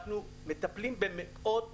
אנחנו מטפלים במאות